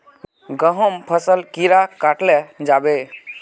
गहुम फसल कीड़े कटाल जाबे?